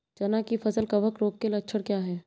चना की फसल कवक रोग के लक्षण क्या है?